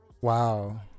Wow